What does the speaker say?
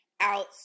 out